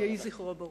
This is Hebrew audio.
יהי זכרו ברוך.